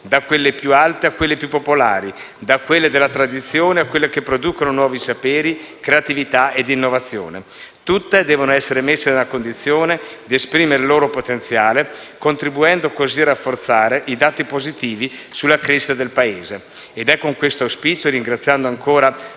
da quelle più alte a quelle più popolari, da quelle della tradizione a quelle che producono nuovi saperi, creatività e innovazione. Tutte devono essere messe nella condizione di esprimere il loro potenziale, contribuendo così a rafforzare i dati positivi sulla crescita del Paese. È con questo auspicio, ringraziando ancora